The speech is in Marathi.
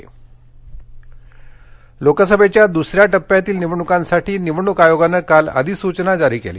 लोकसभा निवडणक लोकसभेच्या द्रसऱ्या टप्प्यातील निवडणुकांसाठी निवडणूक आयोगानं काल अधिसूचना जारी केली